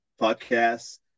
podcasts